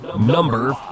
Number